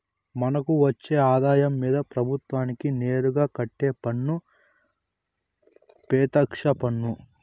మనకు వచ్చే ఆదాయం మీద ప్రభుత్వానికి నేరుగా కట్టే పన్ను పెత్యక్ష పన్ను